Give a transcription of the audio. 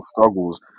struggles